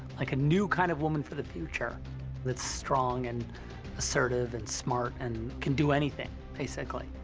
like a new kind of woman for the future that's strong and assertive and smart and can do anything, basically.